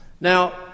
Now